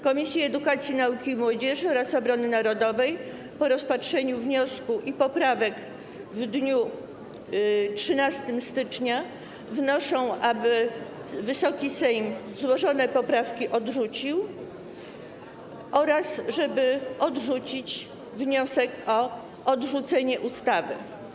Komisje: Edukacji, Nauki i Młodzieży oraz Obrony Narodowej po rozpatrzeniu wniosku i poprawek w dniu 13 stycznia wnoszą, aby Wysoki Sejm złożone poprawki odrzucił oraz aby odrzucił wniosek o odrzucenie ustawy.